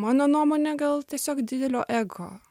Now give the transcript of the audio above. mano nuomone gal tiesiog didelio ego